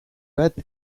bat